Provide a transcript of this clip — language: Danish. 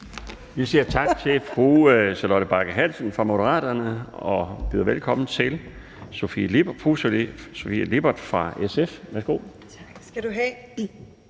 Vi siger tak til fru Charlotte Bagge Hansen fra Moderaterne. Og vi byder velkommen til fru Sofie Lippert fra SF. Værsgo.